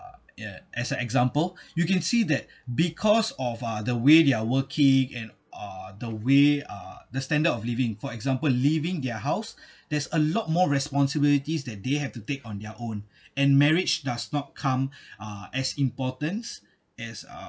as an example you can see that because of the uh way they're working and uh the way uh the standard of living for example leaving their house there's a lot more responsibilities that they have to take on their own and marriage does not come uh as importance as uh